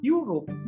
Europe